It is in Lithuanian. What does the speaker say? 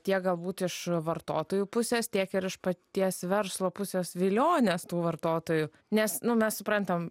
tiek galbūt iš vartotojų pusės tiek ir iš paties verslo pusės vilionės tų vartotojų nes nu mes suprantam